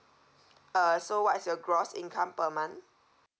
uh so what's your gross income per month